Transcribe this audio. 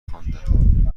خواندم